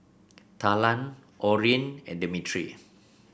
Talan Orrin and Demetri